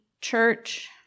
church